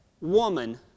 woman